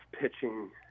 pitching